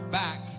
back